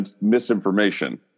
misinformation